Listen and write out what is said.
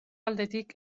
aldetik